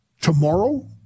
Tomorrow